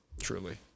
truly